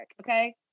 okay